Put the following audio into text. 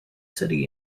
city